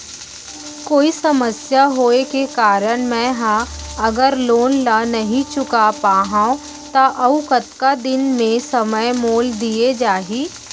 कोई समस्या होये के कारण मैं हा अगर लोन ला नही चुका पाहव त अऊ कतका दिन में समय मोल दीये जाही?